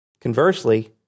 Conversely